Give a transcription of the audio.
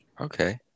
Okay